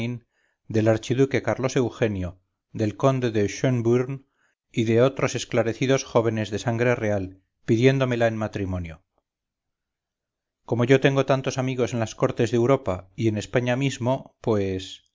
del archiduque carlos eugenio del conde de schenbrunn y de otros esclarecidos jóvenes de sangre real pidiéndomela en matrimonio como yo tengo tantos amigos en las cortes de europa y en españa mismo pues